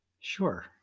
Sure